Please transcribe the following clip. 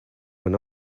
when